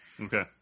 Okay